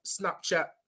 Snapchat